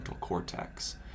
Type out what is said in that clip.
cortex